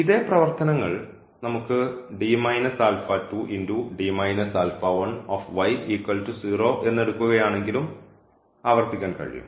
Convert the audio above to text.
ഇതേ പ്രവർത്തനങ്ങൾ നമുക്ക് എന്നെടുക്കുകയാണെങ്കിലും ആവർത്തിക്കാൻ കഴിയും